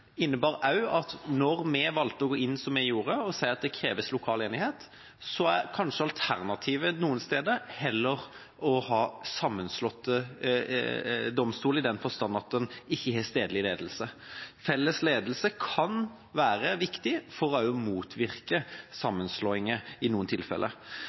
innebar også at da vi valgte å gå inn som vi gjorde, og sa at det kreves lokal enighet, var alternativet kanskje noen steder heller å ha sammenslåtte domstoler, i den forstand at en ikke har stedlig ledelse. Felles ledelse kan være viktig for å motvirke sammenslåinger i noen tilfeller.